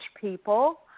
people